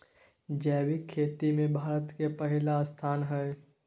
जैविक खेती में भारत के पहिला स्थान हय